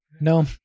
no